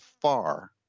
far